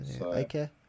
Okay